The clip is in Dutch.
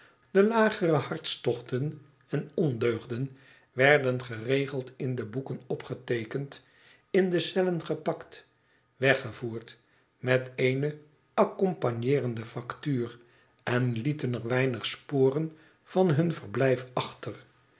de lagere hartstochten en ondeugden werden geregeld in de boeken opgeteekend in de cellen gepakt weggevoerd met eene accompagneerende factuur en lieten er weinig sporen van hun verblijf achter